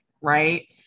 Right